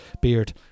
beard